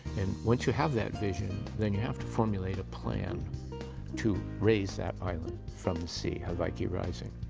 and once you have that vision, then you have to formulate a plan to raise that island from the sea, hawaiki rising.